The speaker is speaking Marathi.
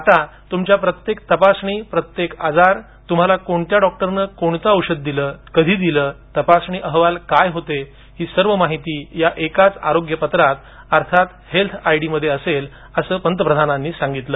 आता तुमची प्रत्येक तपासणी प्रत्येक आजार तुम्हाला कोणत्या डॉक्टरनं कोणतं औषध दिलं कधी दिलं तपासणी अहवाल काय होते ही सर्व माहिती या एकाच आरोग्य पत्रात अर्थात हेल्थ आयडीमध्ये असेल अस त्यांनी सांगितलं